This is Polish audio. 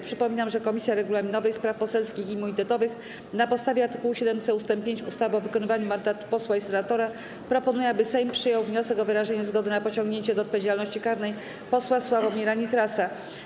Przypominam, że Komisja Regulaminowa, Spraw Poselskich i Immunitetowych na podstawie art. 7c ust. 5 ustawy o wykonywaniu mandatu posła i senatora proponuje, aby Sejm przyjął wniosek o wyrażenie zgody na pociągnięcie do odpowiedzialności karnej posła Sławomira Nitrasa.